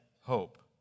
hope